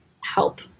help